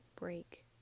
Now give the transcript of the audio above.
break